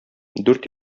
дүрт